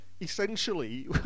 essentially